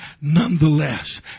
nonetheless